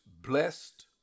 blessed